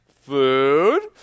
Food